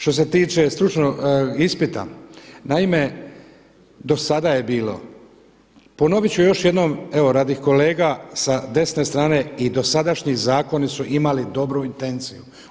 Što se tiče stručnog ispita, naime do sada je bilo, ponovit ću još jednom evo radi kolega sa desne strane, i dosadašnji zakoni su imali dobru intenciju.